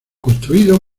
construido